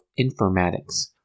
informatics